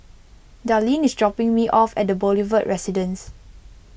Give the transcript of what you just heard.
Darline is dropping me off at Boulevard Residence